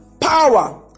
power